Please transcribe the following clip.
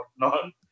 whatnot